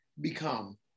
become